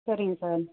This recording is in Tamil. சரிங்க சார்